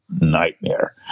nightmare